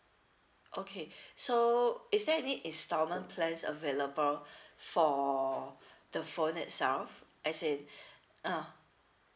okay so is there any instalment plans available for the phone itself as in uh